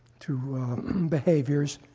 to behaviors,